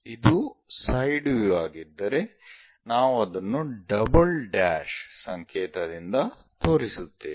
ಇದು side view ಆಗಿದ್ದರೆ ನಾವು ಅದನ್ನು ಡಬಲ್ ಡ್ಯಾಶ್ ಸಂಕೇತದಿಂದ ತೋರಿಸುತ್ತೇವೆ